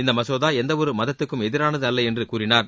இந்த மசோதா எந்தவொரு மதத்துக்கும் எதிரானது அல்ல என்று கூறினார்